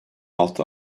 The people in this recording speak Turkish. altı